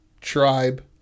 Tribe